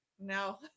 No